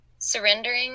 surrendering